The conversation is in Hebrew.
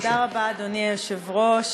תודה רבה, אדוני היושב-ראש.